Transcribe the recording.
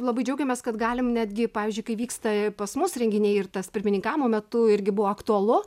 labai džiaugiamės kad galim netgi pavyzdžiui kai vyksta pas mus renginiai ir tas pirmininkavimo metu irgi buvo aktualu